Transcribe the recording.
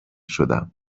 شدم